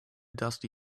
dusty